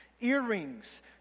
earrings